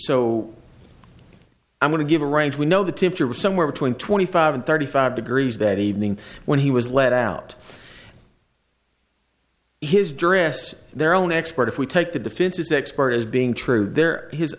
so i'm going to give a range we know the tipper was somewhere between twenty five and thirty five degrees that evening when he was let out his jurists their own expert if we take the defense's expert as being true there his